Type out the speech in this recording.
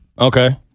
Okay